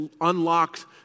unlocked